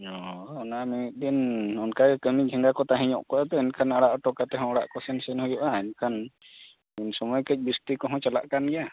ᱚᱻ ᱚᱱᱟ ᱢᱤᱫ ᱫᱤᱱ ᱚᱱᱠᱟ ᱜᱮ ᱠᱟᱹᱢᱤ ᱪᱷᱮᱫᱟ ᱠᱚ ᱛᱟᱦᱮᱸ ᱧᱚᱜ ᱠᱚᱣᱟ ᱥᱮ ᱮᱱᱠᱷᱟᱱ ᱟᱲᱟᱜ ᱦᱚᱴᱚ ᱠᱟᱛᱮᱫ ᱦᱚᱸ ᱚᱲᱟᱜ ᱠᱚ ᱥᱮᱱ ᱦᱩᱭᱩᱜᱼᱟ ᱮᱱᱠᱷᱟᱱ ᱩᱱ ᱥᱚᱢᱚᱭ ᱠᱟᱹᱡ ᱵᱤᱥᱴᱤ ᱠᱚ ᱦᱚᱸ ᱪᱟᱞᱟᱜ ᱠᱟᱱ ᱜᱮᱭᱟ